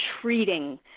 treating